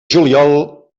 juliol